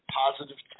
positive